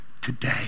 today